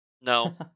No